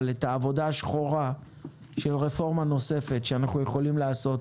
אבל את העבודה השחורה של רפורמה נוספת שאנחנו יכולים לעשות